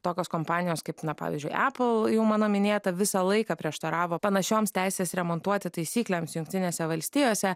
tokios kompanijos kaip na pavyzdžiui apple jau mano minėta visą laiką prieštaravo panašioms teisės remontuoti taisyklėms jungtinėse valstijose